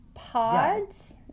Pods